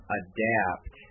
adapt